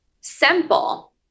simple